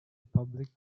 public